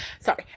sorry